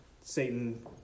Satan